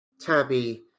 Tabby